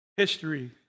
history